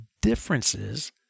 differences